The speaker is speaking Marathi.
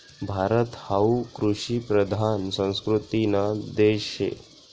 भारत हावू कृषिप्रधान संस्कृतीना देश शे